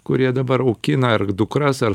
kurie dabar augina ar dukras ar